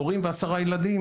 הורים ועשרה ילדים